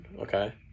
okay